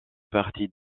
partie